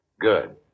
Good